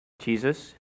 Jesus